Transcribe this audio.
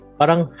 parang